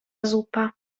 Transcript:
zupa